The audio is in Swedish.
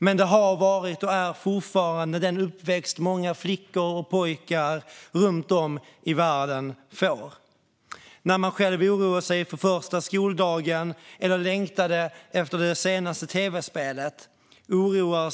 Men det har varit och är fortfarande den uppväxt många flickor och pojkar runt om i världen får. Själv oroade man sig för första skoldagen eller längtade efter det senaste tv-spelet.